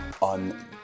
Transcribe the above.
on